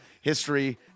history